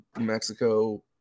Mexico